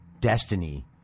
destiny